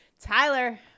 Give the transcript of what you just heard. Tyler